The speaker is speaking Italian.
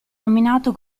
nominato